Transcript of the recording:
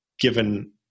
given